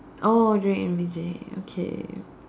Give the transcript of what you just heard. oh during in Beijing